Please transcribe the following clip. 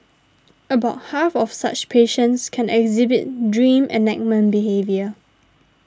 about half of such patients can exhibit dream enactment behaviour